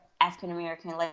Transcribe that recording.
African-American